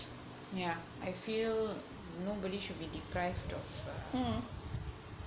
yeah I feel nobody should be deprived of ugh